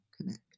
connect